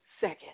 second